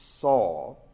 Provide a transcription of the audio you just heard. saw